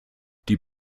die